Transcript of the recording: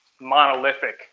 monolithic